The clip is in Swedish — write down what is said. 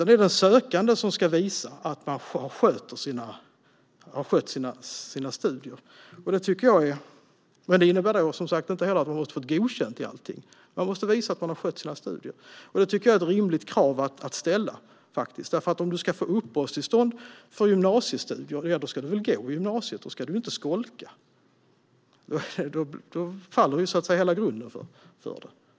Det är den sökande som ska visa att man har skött sina studier. Men det innebär som sagt inte att man måste ha fått godkänt i allting. Man måste visa att man har skött sina studier, och det tycker jag är ett rimligt krav att ställa. Om man ska få uppehållstillstånd för gymnasiestudier ska man gå i gymnasiet; då ska man inte skolka. Då faller hela grunden för uppehållstillståndet.